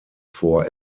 vor